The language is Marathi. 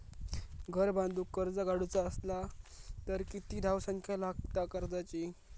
घर बांधूक कर्ज काढूचा असला तर किती धावसंख्या लागता कर्जाची?